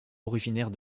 originaire